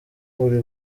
buri